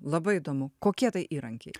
labai įdomu kokie tai įrankiai